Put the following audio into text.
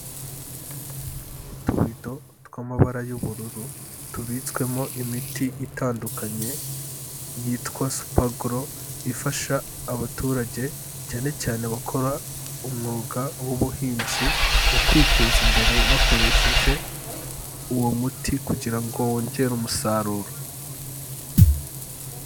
Utubido tw'amabara y'ubururu tubitswemo imiti itandukanye yitwa super gro ifasha abaturage, cyane cyane abakora umwuga w'ubuhinzi mu kwiteza imbere bakoresheje uwo muti kugira ngo wongere umusaruro.